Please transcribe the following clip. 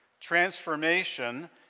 transformation